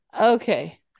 Okay